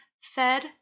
fed